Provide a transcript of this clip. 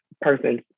persons